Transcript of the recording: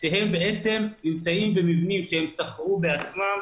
שהם בעצם נמצאים במבנים שהם שכרו בעצמם.